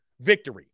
victory